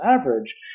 average